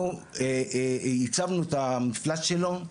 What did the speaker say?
ייצבנו את המפלס שלו,